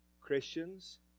Christians